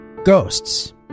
Ghosts